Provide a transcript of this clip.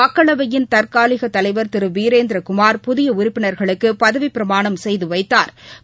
மக்களவையின் தற்காலிக தலைவர் திரு வீரேந்திரகுமார் புதிய உறுப்பினர்களுக்கு பதவிப்பிரமாணம் செய்து வைத்தாா்